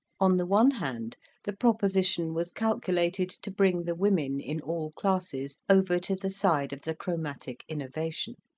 on the one hand the proposition was calculated to bring the women in all classes over to the side of the chromatic innovation.